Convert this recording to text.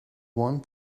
one